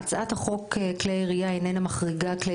הצעת החוק כלי ירייה איננה מחריגה כלי